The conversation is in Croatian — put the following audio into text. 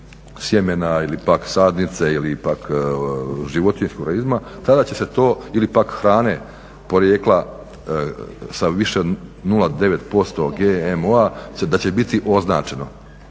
sjemena ili pak sadnice ili pak životinjskog organizma tada će se to ili pak hrane porijekla sa više od 0,9% GMO-a, da će biti označeno